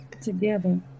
together